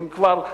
שהם כבר,